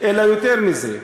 אלא יותר מזה.